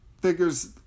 figures